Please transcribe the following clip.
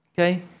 Okay